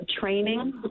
training